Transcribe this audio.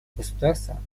государства